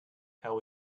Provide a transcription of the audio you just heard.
how